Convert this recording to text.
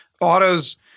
autos